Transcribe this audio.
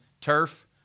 turf